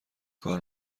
کار